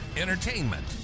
entertainment